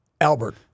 Albert